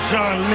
John